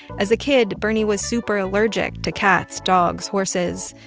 as a kid, bernie was super allergic to cats, dogs, horses.